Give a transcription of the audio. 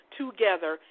together